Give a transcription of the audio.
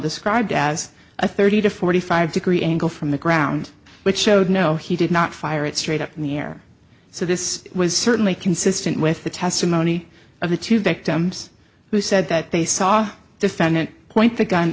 described as a thirty to forty five degree angle from the ground which showed no he did not fire it straight up in the air so this was certainly consistent with the testimony of the two victims who said that they saw defendant point the gun